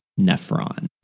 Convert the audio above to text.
nephron